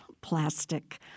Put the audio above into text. plastic